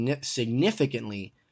significantly